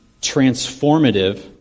transformative